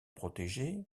protégée